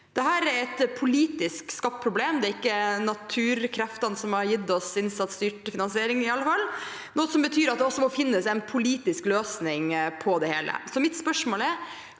Dette er et politisk skapt problem – det er iallfall ikke naturkreftene som har gitt oss innsatsstyrt finansiering – noe som betyr at det også må finnes en politisk løsning på det hele.